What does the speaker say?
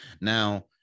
Now